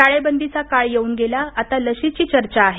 टाळेबंदीचा काळ येऊन गेला आता लशीची चर्चा आहे